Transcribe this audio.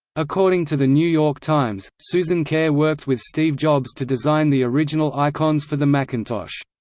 according to the new york times, susan kare worked with steve jobs to design the original icons for the macintosh.